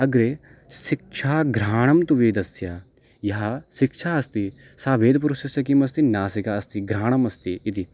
अग्रे शिक्षा घ्राणं तु वेदस्य यः शिक्षा अस्ति स वेदपुरुषस्य किमस्ति नासिका अस्ति घ्राणमस्ति इति